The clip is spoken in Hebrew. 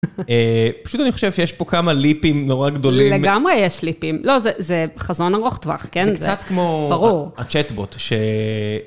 פשוט אני חושב שיש פה כמה ליפים נורא גדולים. לגמרי יש ליפים. לא, זה חזון ארוך טווח, כן? זה קצת כמו... ברור. הצ'טבוט, ש...